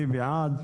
מי בעד?